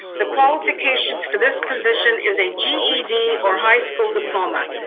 the qualifications for this position is a ged or high school diploma.